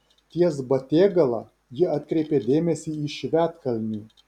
ties batėgala ji atkreipė dėmesį į švedkalnį